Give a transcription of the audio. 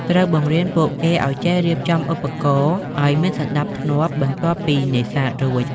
ត្រូវបង្រៀនពួកគេឱ្យចេះ រៀបចំឧបករណ៍ ឱ្យមានសណ្តាប់ធ្នាប់បន្ទាប់ពីនេសាទរួច។